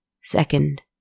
Second